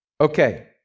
Okay